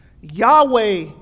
Yahweh